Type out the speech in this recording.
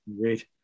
Great